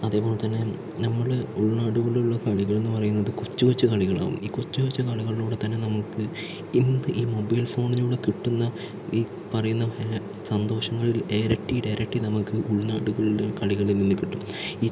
അതേപോലെത്തന്നെ നമ്മൾ ഉൾനാടുകളിലുള്ള കളികളെന്നു പറയുന്നത് കൊച്ചു കൊച്ചു കളികളാണ് ഈ കൊച്ചു കൊച്ചു കളികളിലൂടെ തന്നെ നമുക്ക് എന്ത് ഈ മൊബൈൽ ഫോണിലൂടെ കിട്ടുന്ന ഈ പറയുന്ന സന്തോഷങ്ങൾ ഇരട്ടിയുടെ ഇരട്ടി നമ്മൾക്ക് ഉൾനാടുകളിലെ കളികളിൽ നിന്ന് കിട്ടും ഈ